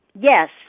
Yes